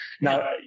Now